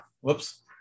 whoops